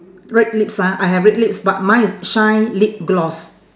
red lips ah I have red lips but mine is shine lip gloss